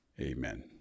Amen